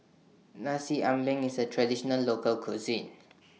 Nasi Ambeng IS A Traditional Local Cuisine